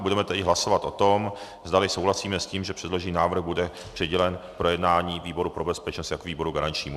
Budeme tedy hlasovat o tom, zdali souhlasíme s tím, že předložený návrh bude přidělen k projednání výboru pro bezpečnost jako výboru garančnímu.